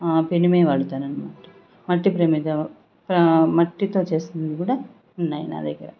పెనమే వాడతానన్నమాట మట్టి ప్రమిద మట్టితో చేసినవి కూడా ఉన్నాయి నాదగ్గర